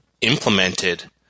implemented